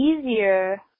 easier